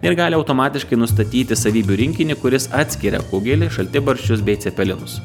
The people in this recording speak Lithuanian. ir gali automatiškai nustatyti savybių rinkinį kuris atskiria kugelį šaltibarščius bei cepelinus